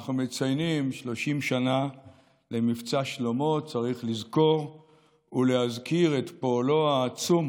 כשאנחנו מציינים 30 שנה למבצע שלמה צריך לזכור ולהזכיר את פועלו העצום